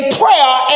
prayer